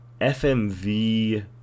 FMV